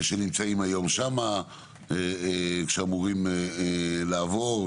שנמצאים שם ואמורים לעבור.